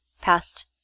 past